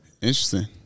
Interesting